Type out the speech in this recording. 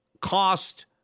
cost